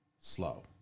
slow